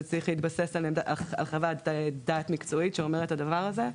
זה צריך להתבסס על חוות דעת מקצועית שאומרת את הדבר הזה.